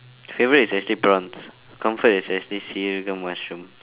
favourite is actually prawns comfort is actually seeragam mushrooms